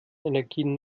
energien